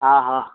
हा हा